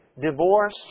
Divorce